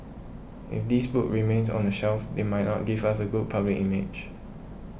if these books remains on the shelf they might not give us a good public image